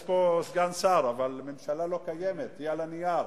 יש פה סגן שר אבל הממשלה לא קיימת, היא על הנייר.